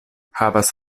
havas